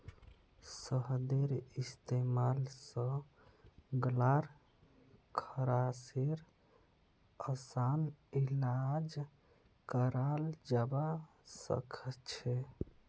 शहदेर इस्तेमाल स गल्लार खराशेर असान इलाज कराल जबा सखछे